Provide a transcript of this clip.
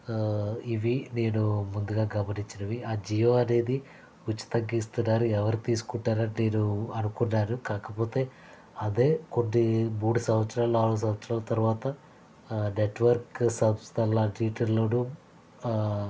ఇవి నేను ముందుగా గమనించినవి ఆ జియో అనేది ఉచితంగా ఇస్తున్నారు ఎవరు తీసుకుంటారు అని నేను అనుకున్నాను కాకపోతే అదే కొన్ని మూడు సంవత్సరాలు నాలుగు సంవత్సరాల తర్వాత నెట్వర్క్ సంస్థల అన్నిట్లోనూ